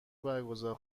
برگزار